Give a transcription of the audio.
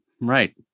Right